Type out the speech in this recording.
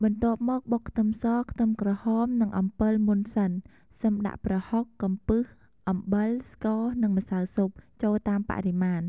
បន្ទាប់មកបុកខ្ទឹមស ខ្ទឹមក្រហម និងអំពិលមុនសិន សិមដាក់ប្រហុក កំពឹស អំបិល ស្ករ និងម្សៅស៊ុប ចូលតាមបរិមាណ។